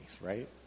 right